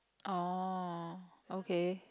orh okay